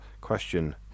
Question